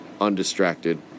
undistracted